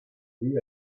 vue